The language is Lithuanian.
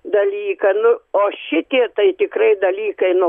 dalyką nu o šitie tai tikrai dalykai nu